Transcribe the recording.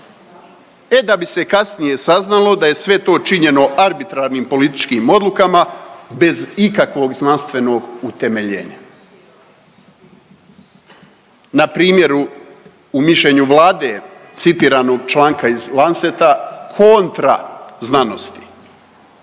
e da bi se kasnije saznalo da je sve to činjeno arbitrarnim političkim odlukama bez ikakvog znanstvenog utemeljenja. Na primjeru u mišljenju Vlade citiranog članka iz Lanceta kontra znanosti.